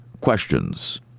questions